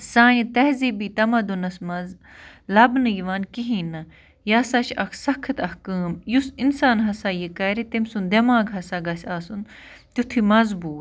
سانہِ تہذیٖبی تَمَدُنَس منٛز لَبنہٕ یِوان کِہیٖنٛۍ نہٕ یہِ ہسا چھُ اَکھ سخت اَکھ کٲم یُس اِنسان ہسا یہِ کَرِ تٔمۍ سُنٛد دٮ۪ماغ ہسا گَژھِ آسُن تِتھُے مظبوٗط